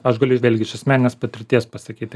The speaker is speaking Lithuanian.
aš galiu vėlgi iš asmeninės patirties pasakyti